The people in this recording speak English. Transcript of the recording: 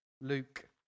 Luke